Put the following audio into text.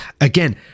again